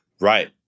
Right